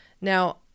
Now